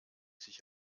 sich